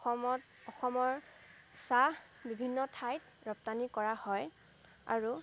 অসমত অসমৰ চাহ বিভিন্ন ঠাইত ৰপ্তানি কৰা হয় আৰু